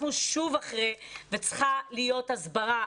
אנחנו שוב אחרי וצריכה להיות הסברה,